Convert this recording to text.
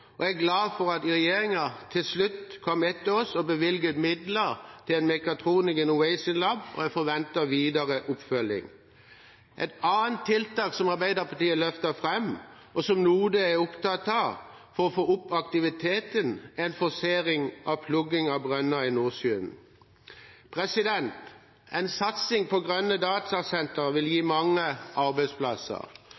Jeg er også glad for at regjeringen til slutt kom etter oss og bevilget midler til Mechatronic Innovation Lab, og jeg forventer videre oppfølging. Et annet tiltak som Arbeiderpartiet har løftet fram, og som Node er opptatt av for å få opp aktiviteten, er en forsering av plugging av brønner i Nordsjøen. En satsing på grønne datasentre vil gi mange arbeidsplasser.